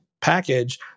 package